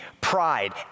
pride